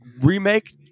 remake